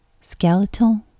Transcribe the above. skeletal